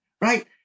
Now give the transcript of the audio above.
Right